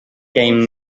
game